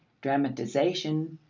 dramatization,